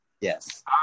Yes